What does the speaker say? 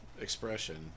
expression